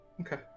Okay